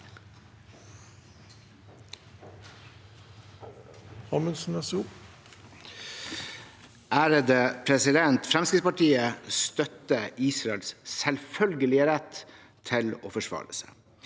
(FrP) Fremskritts- partiet støtter Israels selvfølgelige rett til å forsvare seg.